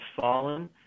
fallen